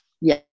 Yes